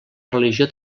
religió